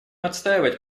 отстаивать